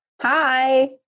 Hi